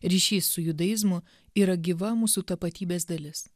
ryšys su judaizmu yra gyva mūsų tapatybės dalis